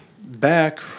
Back